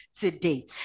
today